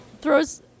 throws